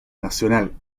nacional